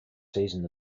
season